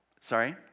Sorry